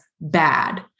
bad